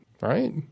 right